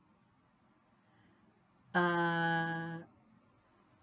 uh